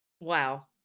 Wow